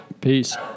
Peace